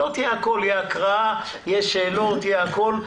תהיה הקראה, יהיו שאלות, יהיה הכול.